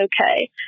okay